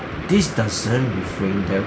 this doesn't refrain them